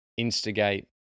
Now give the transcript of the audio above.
instigate